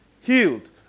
Healed